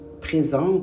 présente